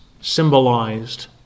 symbolized